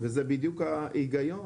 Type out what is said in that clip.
דוד, זה בדיוק ההיגיון